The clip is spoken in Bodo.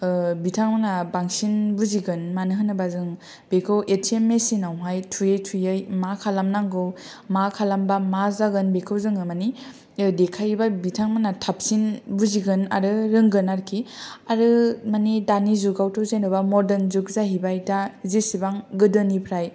बिथांमोना बांसिन बुजिगोन मानो होनोबा जों बेखौ एथिएम मेसिनाव थुयै थुयै मा खालामनांगौ मा खालामबा मा जागोन बेखौ जोङो मानि देखायोबा बिथांमोना थाबसिन बुजिगोन आरो रोंगोन आरोखि आरो मानि दानि जुगावथ' जेनेबा मर्दान जुग जाहैबाय दा जेसेबां गोदोनिफ्राय